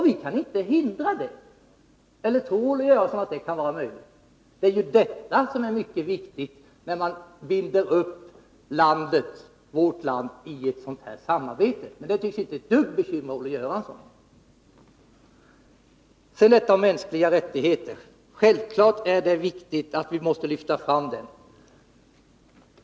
Vi kan inte hindra det. Eller tror Olle Göransson att det kan vara möjligt? Det är detta som är mycket viktigt när man binder upp vårt land i ett sådant här samarbete. Det tycks inte ett dugg bekymra Olle Göransson. Sedan beträffande frågan om mänskliga rättigheter: Självfallet är det viktigt att lyfta fram den.